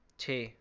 ਛੇ